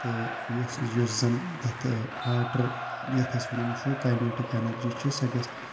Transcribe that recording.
تہٕ یُس یُس زَن پَتہٕ واٹر یَتھ أسۍ وَنان چھُ کانیٹِکۍ ایٚنٛرجی چھِ سۄ گژھِ